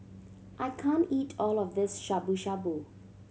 I can't eat all of this Shabu Shabu